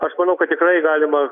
aš manau kad tikrai galima